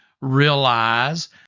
realize